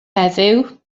heddiw